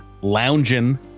lounging